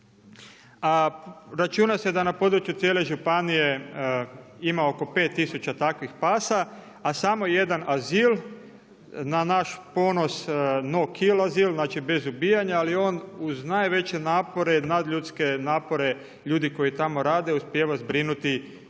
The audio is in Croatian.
a računa se da na području cijele županije ima oko 5 tisuća takvih pasa a samo jedan azil, na naš ponos, NO KILL azil, znači bez ubijanja, ali on uz najveće napore nadljudske napore, ljudi koji tamo rade uspijeva zbrinuti najviše